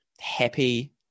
happy